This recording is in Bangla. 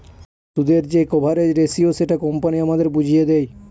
সুদের যে কভারেজ রেসিও সেটা কোম্পানি আমাদের বুঝিয়ে দেয়